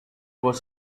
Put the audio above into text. was